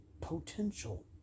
potential